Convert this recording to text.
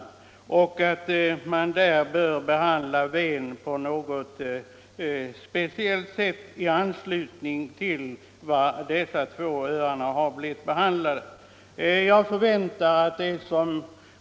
Vi tycker att Ven bör behandlas på ett speciellt sätt i likhet med vad som skett i fråga om dessa båda andra öar.